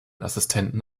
assistenten